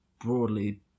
broadly